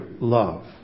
love